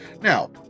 Now